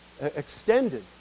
extended